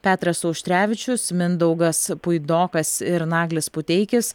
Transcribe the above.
petras auštrevičius mindaugas puidokas ir naglis puteikis